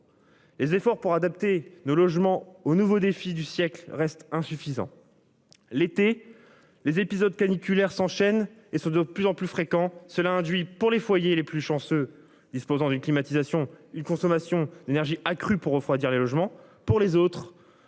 Les efforts pour adapter nos logements aux nouveaux défis du siècle, reste insuffisant. L'été les épisodes caniculaires s'enchaînent et se de plus en plus fréquent. Cela induit pour les foyers les plus chanceux disposant d'une climatisation. Une consommation d'énergie accrue pour refroidir les logements pour les autres.